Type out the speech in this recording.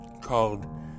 called